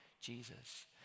Jesus